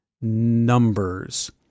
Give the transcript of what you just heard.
numbers